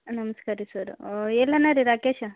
ನಮ್ಸ್ಕಾರ ರೀ ಸರ್ ಎಲ್ಲಿ ಅನರಿ ರಾಕೇಶ